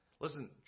listen